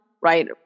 right